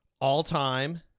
all-time